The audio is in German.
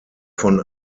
von